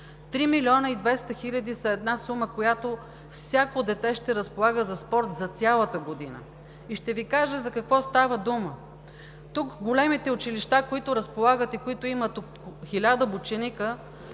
милиона и двеста хиляди са една сума, с която всяко дете ще разполага за спорт за цялата година. Ще Ви кажа за какво става дума тук. Големите училища, които разполагат и които имат по хиляда ученика,